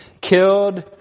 killed